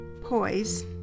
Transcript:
poise